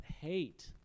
hate